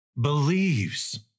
believes